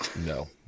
No